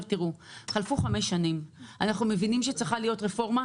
חלפו חמש שנים ואנחנו מבינים שצריכה להיות רפורמה,